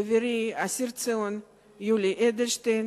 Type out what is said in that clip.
וחברי אסיר ציון יולי אדלשטיין,